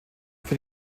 für